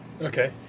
Okay